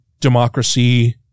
democracy